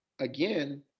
again